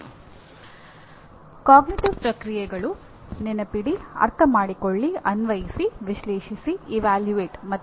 ಅರಿವಿನ ಪ್ರಕ್ರಿಯೆಗಳು ನೆನಪಿಡಿ ಅರ್ಥಮಾಡಿಕೊಳ್ಳಿ ಅನ್ವಯಿಸಿ ವಿಶ್ಲೇಷಿಸಿ ಇವ್ಯಾಲ್ಯೂಯೇಟ್